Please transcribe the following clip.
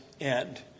end